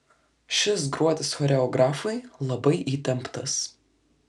šis gruodis choreografui labai įtemptas